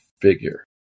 figure